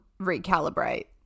recalibrate